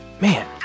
man